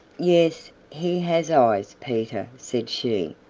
yes, he has eyes, peter, said she.